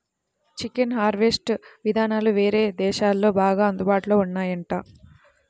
chicken harvest ఇదానాలు వేరే దేశాల్లో బాగా అందుబాటులో ఉన్నాయంట